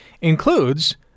includes